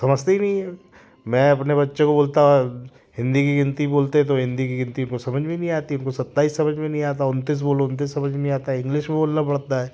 समझते ही नहीं हैं मैं अपने बच्चो को बोलता हिंदी की गिनती बोलते तो हिंदी की गिनती को समझ में ही नहीं आती उनको सत्ताईस समझ में नहीं आता उनतीस बोलो उनतीस समझ में नहीं आता इंग्लिश बोलना पड़ता है